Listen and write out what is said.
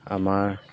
আমাৰ